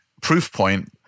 Proofpoint